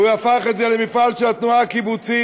הוא הפך את זה למפעל של התנועה הקיבוצית,